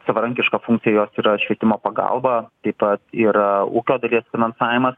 savarankiška funkcija jos yra švietimo pagalba taip pat yra ūkio dalies finansavimas